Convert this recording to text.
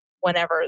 whenever